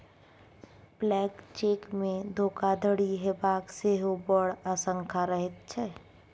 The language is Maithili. ब्लैंक चेकमे धोखाधड़ी हेबाक सेहो बड़ आशंका रहैत छै